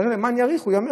למען יאריכו ימיך.